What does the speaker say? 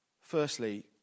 firstly